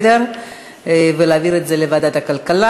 לסדר-היום ולהעביר את זה לוועדת הכלכלה.